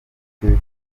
ndetse